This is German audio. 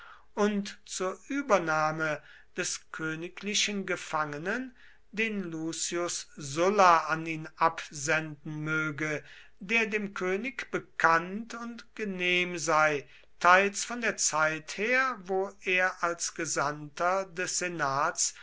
und zur übernahme des königlichen gefangenen den lucius sulla an ihn absenden möge der dem könig bekannt und genehm sei teils von der zeit her wo er als gesandter des senats